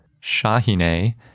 Shahine